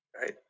right